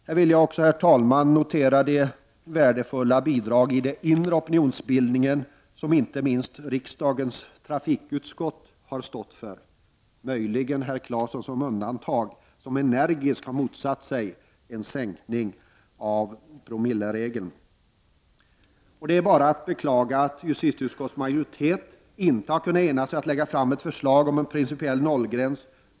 Här vill jag, herr talman, också notera det värdefulla bidrag i den inre opinionsbildningen som inte minst riksdagens trafikutskott har stått för — möjligen med undantag av herr Clarkson, som energiskt har motsatt sig en sänkning av promilleregeln. Det är bara att beklaga att justitieutskottets majoritet inte har kunnat ena sig om att lägga fram förslag om införande av en principiell nollgräns.